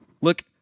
Look